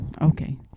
Okay